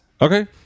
Okay